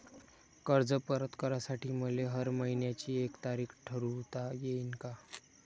कर्ज परत करासाठी मले हर मइन्याची एक तारीख ठरुता येईन का?